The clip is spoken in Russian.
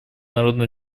народно